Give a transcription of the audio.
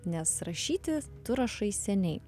nes rašyti tu rašai seniai